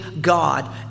God